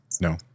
no